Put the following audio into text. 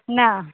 ना